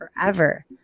forever